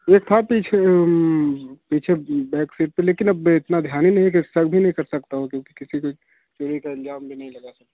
कोई था पीछे पीछे बैग सिर पर लेकिन अब इतना ध्यान ही नहीं शक भी नहीं कर सकता हूँ क्योंकि किसी पर चोरी का इल्जाम भी नहीं लगा सकता